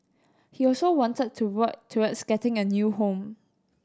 he also wanted to work towards getting a new home